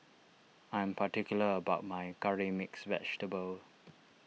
I am particular about my Curry Mixed Vegetable